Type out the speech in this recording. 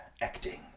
acting